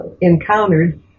encountered